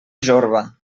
jorba